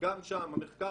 אף אחד לא המציא את